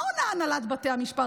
מה עונה הנהלת בתי המשפט?